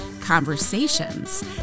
Conversations